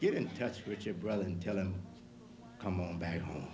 get in touch with your brother and tell him come back home